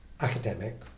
academic